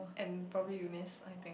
and probably Eunice I think